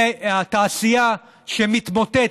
מהתעשייה שמתמוטטת.